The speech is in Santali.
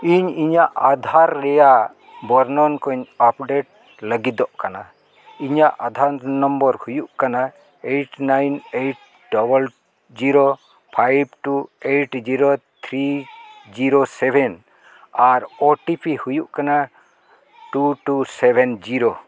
ᱤᱧ ᱤᱧᱟᱹᱜ ᱟᱫᱷᱟᱨ ᱨᱮᱱᱟᱜ ᱵᱚᱨᱱᱚᱱ ᱠᱚᱧ ᱟᱯᱰᱮᱴ ᱞᱟᱹᱜᱤᱫᱚᱜ ᱠᱟᱱᱟ ᱤᱧᱟᱹᱜ ᱟᱫᱷᱟᱨ ᱱᱟᱢᱵᱟᱨ ᱦᱩᱭᱩᱜ ᱠᱟᱱᱟ eight nine eight double zero five two eight zero three zero seven ᱟᱨ ᱳ ᱴᱤ ᱯᱤ ᱦᱩᱭᱩᱜ ᱠᱟᱱᱟ ᱴᱩ ᱴᱩ ᱥᱮᱵᱷᱮᱱ ᱡᱤᱨᱳ